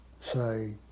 say